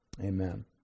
amen